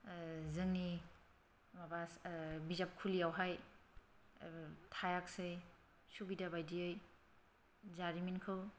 जोंनि माबा बिजाब खुलियावहाय थायाखिसै सुबिदा बायदियै जारिमिनखौ